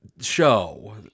show